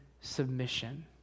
submission